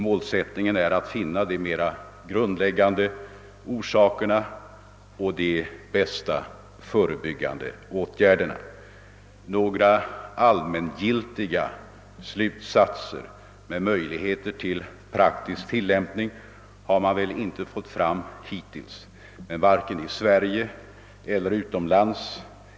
Målsättningen är att finna de grundläggande orsakerna till självmorden och de bästa förebyggande åtgärderna. Några allmängiltiga slutsatser som kan få praktisk tillämpning har man väl inte fått fram hittills vare sig i Sverige eller utomlands.